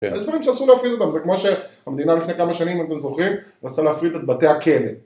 הדברים שעשו להפריט אותם זה כמו שהמדינה לפני כמה שנים, אם אתם זוכרים, רצתה להפריט את בתי הכלא.